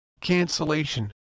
cancellation